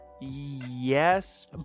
Yes